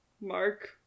Mark